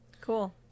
Cool